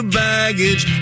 baggage